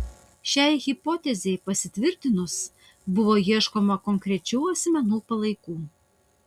šiai hipotezei pasitvirtinus buvo ieškoma konkrečių asmenų palaikų